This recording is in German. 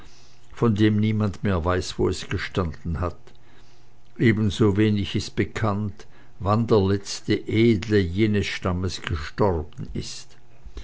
von dem niemand mehr weiß wo es gestanden hat ebensowenig ist bekannt wann der letzte edle jenes stammes gestorben ist